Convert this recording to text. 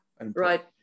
right